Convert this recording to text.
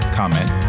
comment